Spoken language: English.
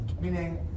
Meaning